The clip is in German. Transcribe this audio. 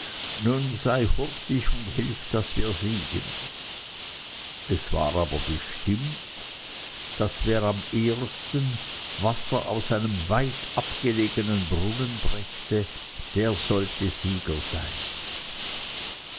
nun sei hurtig und hilf daß wir siegen es war aber bestimmt daß wer am ersten wasser aus einem weit abgelegenen brunnen brächte der sollte sieger sein